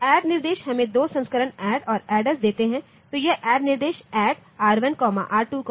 ADD निर्देश हमें दो संस्करण ADD और ADDS देते हैं तो यह ADD निर्देश ADD R1 R2 R3